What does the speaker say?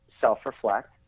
self-reflect